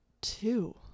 two